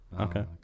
Okay